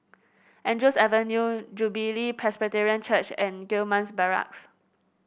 Andrews Avenue Jubilee Presbyterian Church and Gillman's Barracks